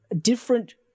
different